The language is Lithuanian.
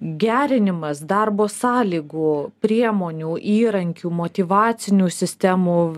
gerinimas darbo sąlygų priemonių įrankių motyvacinių sistemų